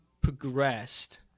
progressed